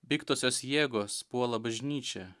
piktosios jėgos puola bažnyčią